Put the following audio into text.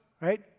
right